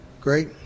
Great